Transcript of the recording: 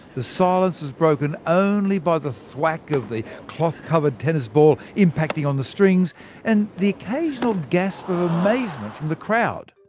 the silence was broken only by the thwack of the cloth-covered tennis ball impacting on the strings and the occasional gasp of amazement from the crowd.